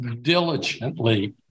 diligently